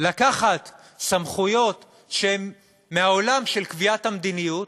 לקחת סמכויות שהן מהעולם של קביעת המדיניות,